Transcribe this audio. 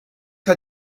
hat